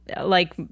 like-